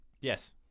yes